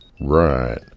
Right